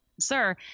sir